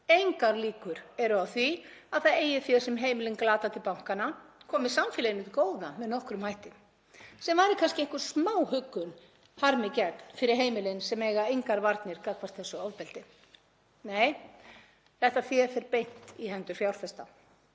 Engar líkur eru á því að það eigið fé sem heimilin glata til bankanna komi samfélaginu til góða með nokkrum hætti, sem væri kannski einhver smáhuggun harmi gegn fyrir heimilin sem eiga engar varnir gagnvart þessu ofbeldi. Nei, þetta fé fer beint í hendur fjárfesta,